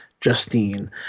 Justine